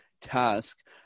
task